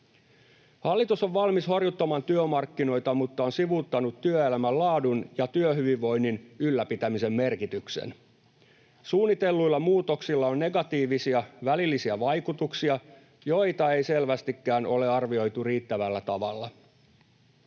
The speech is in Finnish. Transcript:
Hallitus on valmis horjuttamaan työmarkkinoita mutta on sivuuttanut työelämän laadun ja työhyvinvoinnin ylläpitämisen merkityksen. Suunnitelluilla muutoksilla on negatiivisia välillisiä vaikutuksia, joita ei selvästikään ole arvioitu riittävällä tavalla.